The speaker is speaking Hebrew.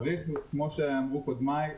כמו שאמרו קודמיי,